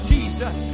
Jesus